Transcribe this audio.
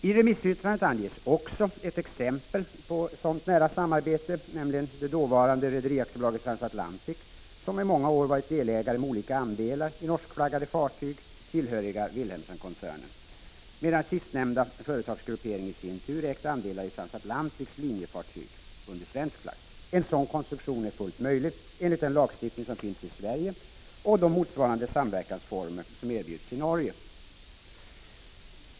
I remissyttrandet anges också ett exempel på sådant nära samarbete, nämligen det dåvarande rederiaktiebolaget Transatlantic, som i många år har varit delägare med olika andelar i norskflaggade fartyg tillhöriga Wilhelmsenkoncernen, medan sistnämnda företagsgruppering i sin tur ägt andelar i Transatlantics linjefartyg under svensk flagg. En sådan konstruktion är fullt möjlig enligt den lagstiftning som finns i Sverige och de motsvarande samverkansformer som erbjuds i Norge.